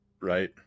Right